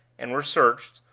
and were searched,